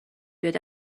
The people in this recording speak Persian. بیاد